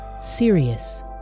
Sirius